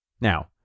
Now